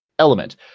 element